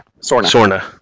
Sorna